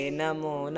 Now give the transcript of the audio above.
Namo